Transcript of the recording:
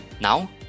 Now